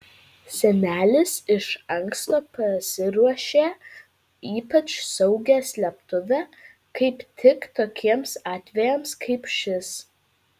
senelis iš anksto pasiruošė ypač saugią slėptuvę kaip tik tokiems atvejams kaip šis